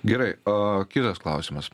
gerai a kitas klausimas